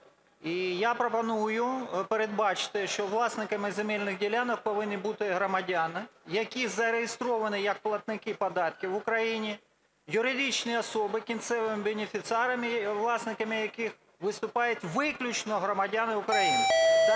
І я пропоную передбачити, що власниками земельних ділянок повинні бути громадяни, які зареєстровані як платники податків в Україні, юридичні особи, кінцевими бенефіціарами, власниками яких виступають виключно громадяни України